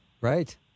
right